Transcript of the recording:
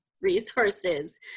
resources